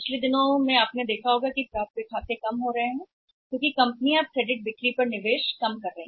हाल के दिनों में यदि आप देखते हैं कि खातों की प्राप्ति कम हो रही है क्योंकि कंपनियां अब कहती हैं कि क्रेडिट सेल्स में निवेश कम से कम करें